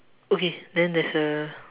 okay then there's a